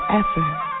effort